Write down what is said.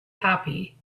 happy